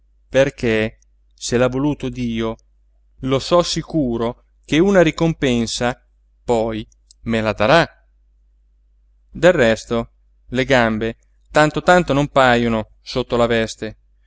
perché se l'ha voluto dio lo so sicuro che una ricompensa poi me la darà del resto le gambe tanto tanto non pajono sotto la veste